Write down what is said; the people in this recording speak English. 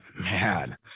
Man